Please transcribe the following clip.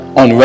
on